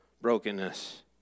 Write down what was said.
brokenness